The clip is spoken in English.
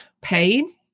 pain